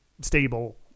stable